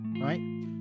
Right